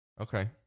okay